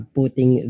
putting